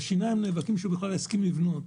בשיניים נאבקים שהוא בכלל יסכים לבנות.